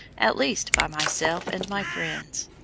at least by myself and my friends.